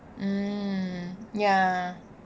mm ya